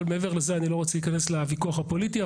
אבל מעבר לזה אני לא רוצה להיכנס לוויכוח הפוליטי.